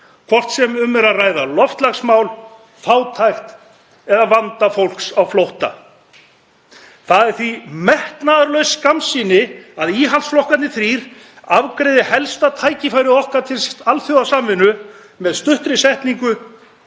hvort sem um er að ræða loftslagsmál, fátækt eða vanda fólks á flótta. Það er því metnaðarlaus skammsýni að íhaldsflokkarnir þrír afgreiði helsta tækifæri okkar til alþjóðasamvinnu með stuttri setningu: